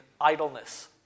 idleness